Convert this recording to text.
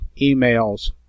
emails